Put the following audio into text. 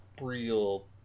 real